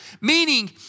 Meaning